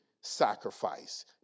sacrifice